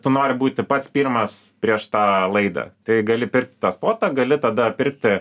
tu nori būti pats pirmas prieš tą laidą tai gali pirkti tą spotą gali tada pirkti